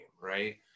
right